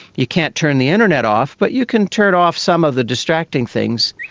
you can't turn the internet off but you can turn off some of the distracting things.